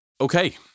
Okay